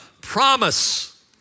promise